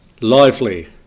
lively